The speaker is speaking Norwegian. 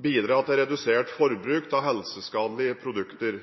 til redusert forbruk av helseskadelige produkter.